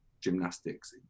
gymnastics